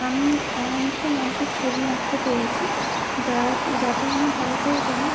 আমি এমন একটা মানুষের ছবি আঁকতে পেরেছি যার যাকে মানে ভারতের কেন